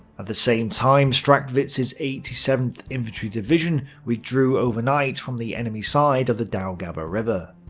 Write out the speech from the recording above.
the same time, strachwitz's eighty seventh infantry division withdrew overnight from the enemy side of the daugava river.